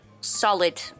solid